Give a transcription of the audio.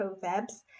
Proverbs